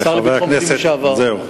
השר לביטחון פנים לשעבר,